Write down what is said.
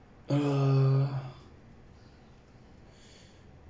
err